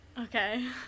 okay